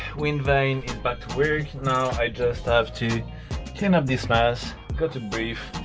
windvane back to work now i just have to clean up this mess go to brief,